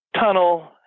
tunnel